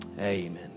Amen